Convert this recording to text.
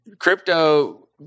Crypto